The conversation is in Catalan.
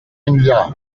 enllà